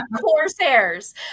corsairs